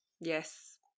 yes